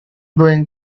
going